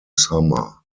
summer